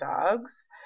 dogs